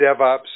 DevOps